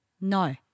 No